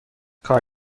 کار